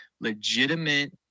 legitimate